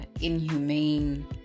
inhumane